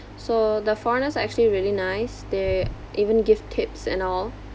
so the foreigners are actually really nice they even give tips and all